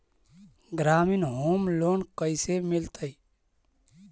ग्रामीण home loan कैसे मिलतै?